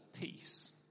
peace